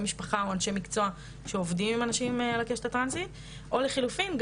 משפחה או אנשי מקצוע שעובדים עם הקשת הטרנסית או לחילופין,